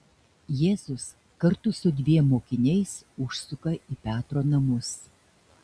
jėzus kartu su dviem mokiniais užsuka į petro namus